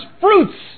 fruits